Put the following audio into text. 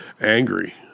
angry